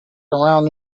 around